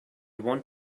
want